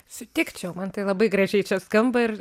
sutikčiau man tai labai gražiai skamba ir